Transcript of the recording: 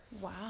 Wow